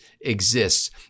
exists